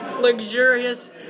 luxurious